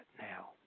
now